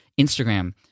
Instagram